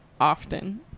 often